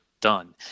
done